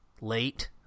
late